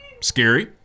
Scary